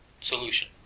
solution